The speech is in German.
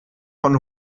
von